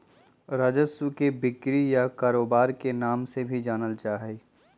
राजस्व के बिक्री या कारोबार के नाम से भी जानल जा हई